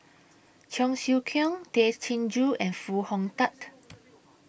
Cheong Siew Keong Tay Chin Joo and Foo Hong Tatt